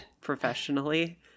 professionally